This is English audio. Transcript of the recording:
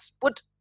put